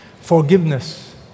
forgiveness